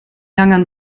angan